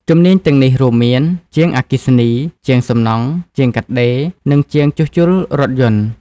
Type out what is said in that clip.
ជំនាញទាំងនេះរួមមាន ជាងអគ្គិសនី ជាងសំណង់ ជាងកាត់ដេរ និងជាងជួសជុលរថយន្ត។